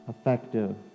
effective